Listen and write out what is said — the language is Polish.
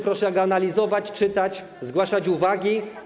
Proszę je analizować, czytać, zgłaszać uwagi.